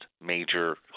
major